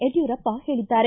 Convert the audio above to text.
ಯಡ್ಕೂರಪ್ಪ ಹೇಳಿದ್ದಾರೆ